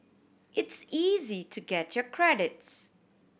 it's easy to get your credits